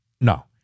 no